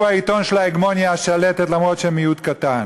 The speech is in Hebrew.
שהוא העיתון של ההגמוניה השלטת אף-על-פי שהם מיעוט קטן?